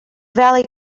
valley